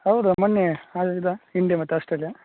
ಹೌದು ಮೊನ್ನೆ ಆಡಾಡಿದ ಇಂಡ್ಯಾ ಮತ್ತೆ ಆಸ್ಟ್ರೇಲಿಯಾ